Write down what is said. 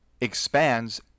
expands